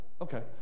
Okay